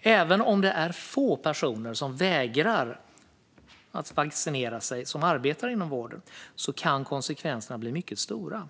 Även om det är få personer som vägrar att vaccinera sig och som arbetar inom vården kan konsekvenserna bli mycket stora.